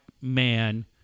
man